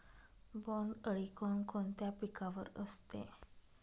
बोंडअळी कोणकोणत्या पिकावर असते?